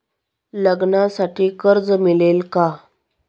लग्नासाठी कर्ज मिळेल का?